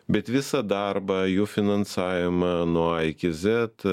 bet visą darbą jų finansavimą nuo a iki zet